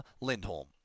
Lindholm